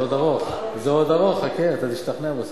זה עוד ארוך, חכה, אתה תשתכנע בסוף.